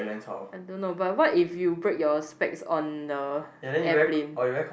I don't know but what if you break your specs on the airplane